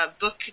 book